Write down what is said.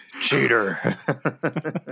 cheater